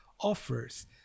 Offers